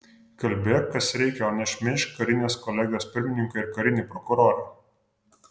kalbėk kas reikia o ne šmeižk karinės kolegijos pirmininką ir karinį prokurorą